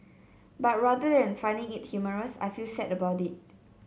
but rather and finding it humorous I feel sad about it